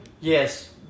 Yes